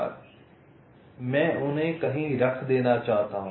इसलिए मैं उन्हें कहीं रख देना चाहता हूं